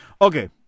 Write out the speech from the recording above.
Okay